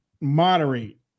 moderate